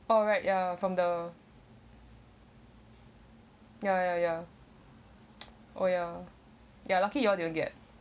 alright ya from the ya ya ya oh ya you are lucky you all didn't get